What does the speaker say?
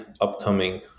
upcoming